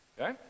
Okay